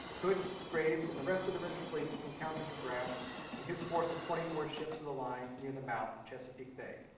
hood, graves, and the rest of the british fleet encountered de grasse and his force of twenty four ships of the line near the mouth of chesapeake bay.